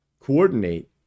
coordinate